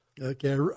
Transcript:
Okay